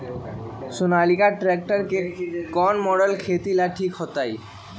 Sonalika tractor के कौन model खेती ला ठीक होतै?